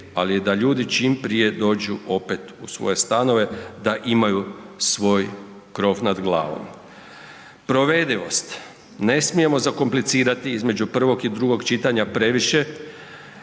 ali i da ljudi čim prije dođu opet u svoje stanove, da imaju svoj krov nad glavom. Provedivost, ne smijemo zakomplicirati između prvog i drugog čitanja previše